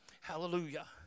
Hallelujah